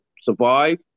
survive